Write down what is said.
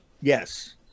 Yes